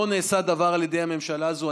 לא נעשה דבר על ידי הממשלה הזו.